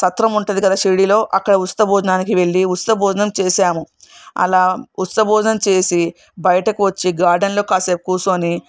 సత్రం ఉంటుంది కదా షిరిడీలో అక్కడ ఉచిత భోజనానికి వెళ్లి ఉచిత భోజనం చేసాము అలా ఉచిత భోజనం చేసి బయటకు వచ్చి గార్డెన్లో కాసేపు కూర్చొని